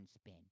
spin